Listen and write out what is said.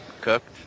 cooked